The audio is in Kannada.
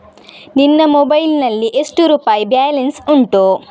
ನಿನ್ನ ಮೊಬೈಲ್ ನಲ್ಲಿ ಎಷ್ಟು ರುಪಾಯಿ ಬ್ಯಾಲೆನ್ಸ್ ಉಂಟು?